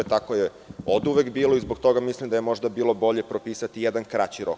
Tako je oduvek bilozbog toga mislim da je možda bilo bolje propisati jedan kraći rok.